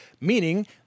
meaning